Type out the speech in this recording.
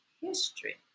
history